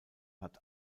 hat